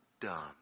done